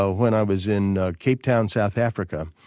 so when i was in cape town, south africa.